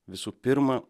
visų pirma